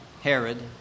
Herod